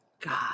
God